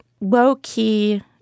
low-key